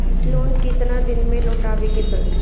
Loan केतना दिन में लौटावे के पड़ी?